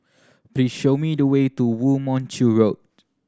please show me the way to Woo Mon Chew Road